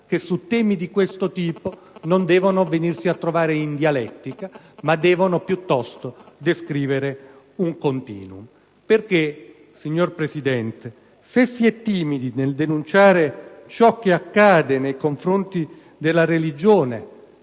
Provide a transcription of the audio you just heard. perché su temi di questo tipo essi non devono trovarsi in una condizione di dialettica, ma piuttosto descrivere un *continuum*. Perché, signor Presidente, se si è timidi nel denunciare ciò che accade nei confronti della religione